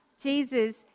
Jesus